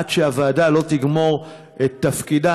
עד שהוועדה לא תגמור את תפקידה.